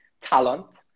talent